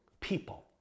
people